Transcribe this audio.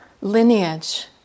lineage